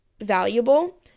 valuable